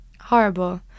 Horrible